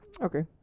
Okay